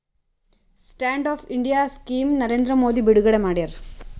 stand up India scheme Narendra Modi ಬಿಡುಗಡೆ ಮಾಡ್ಯಾರ